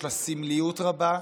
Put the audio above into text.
יש לה סמליות רבה,